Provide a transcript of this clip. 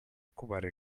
occupare